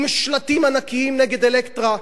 עם שלטים ענקיים נגד "אלקטרה".